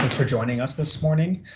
and for joining us this morning.